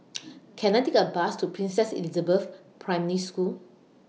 Can I Take A Bus to Princess Elizabeth Primary School